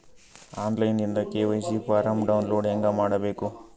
On line ದಿಂದ KYC form download ಹೇಂಗ ಮಾಡಬೇಕು?